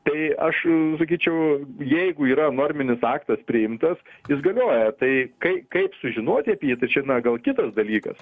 tai aš sakyčiau jeigu yra norminis aktas priimtas jis galioja tai kai kaip sužinoti apie jį tai čia na gal kitas dalykas